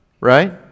right